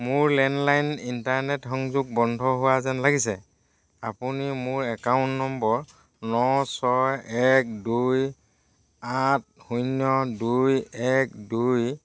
মোৰ landline internet সংযোগ বন্ধ হোৱা যেন লাগিছে আপুনি মোৰ একাউণ্ট নম্বৰ ন ছয় এক দুই আঠ শূন্য দুই এক দুই